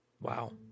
Wow